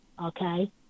Okay